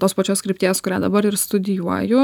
tos pačios krypties kurią dabar ir studijuoju